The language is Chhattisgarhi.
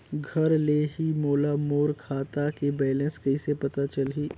घर ले ही मोला मोर खाता के बैलेंस कइसे पता चलही?